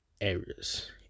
areas